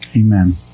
Amen